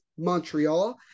Montreal